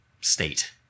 state